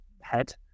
head